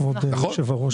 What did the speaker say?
כבוד היושב-ראש,